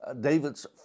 David's